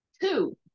Two